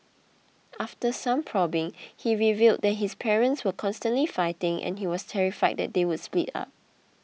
after some probing he revealed that his parents were constantly fighting and he was terrified that they would split up